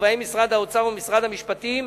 ובהם משרד האוצר ומשרד המשפטים,